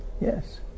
yes